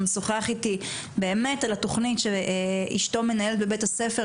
שוחח איתי על התוכנית שאשתו מנהלת בבית הספר,